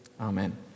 amen